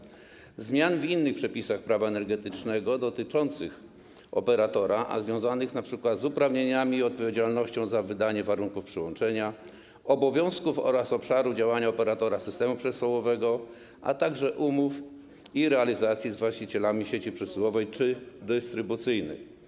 Pojawiają się zmiany w innych przepisach Prawa energetycznego dotyczących operatora, a związanych np. z uprawnieniami i odpowiedzialnością za wydanie warunków przyłączenia, obowiązków oraz obszaru działania operatora systemu przesyłowego, a także umów i realizacji z właścicielami sieci przesyłowej czy dystrybucyjnej.